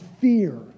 fear